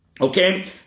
okay